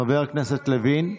חבר הכנסת לוין.